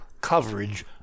coverage